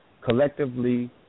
collectively